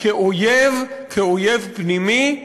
כאויב פנימי,